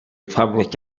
public